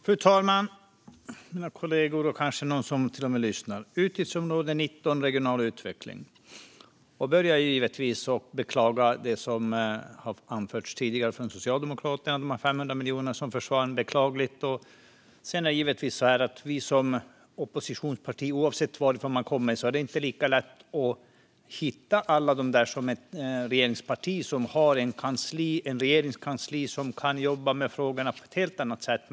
Fru talman, kollegor och kanske någon som lyssnar! När det gäller utgiftsområde 19 om regional utveckling börjar jag givetvis med att ta upp det som tidigare har anförts från Socialdemokraterna, nämligen att jag tycker att det är beklagligt med de 500 miljoner kronor som försvann. Sedan är det givetvis så att det för oss i oppositionspartierna, oavsett varifrån vi kommer i Sverige, inte är lika lätt att jobba med olika frågor som för regeringspartiet som har ett regeringskansli som kan jobba med frågorna på ett helt annat sätt.